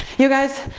you guys,